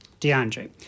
DeAndre